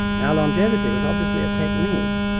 now longevity was obviously a technique,